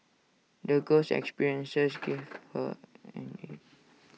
the girl's experiences gave her